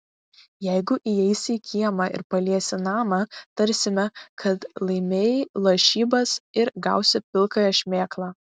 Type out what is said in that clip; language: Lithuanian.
jeigu įeisi į kiemą ir paliesi namą tarsime kad laimėjai lažybas ir gausi pilkąją šmėklą